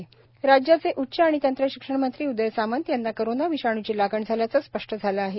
उदय सामंत राज्याचे उच्च आणि तंत्रशिक्षण मंत्री उदय सामंत यांना कोरोना विषाणूची लागण झाल्याचं स्पष्ट झालं आहे